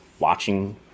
watching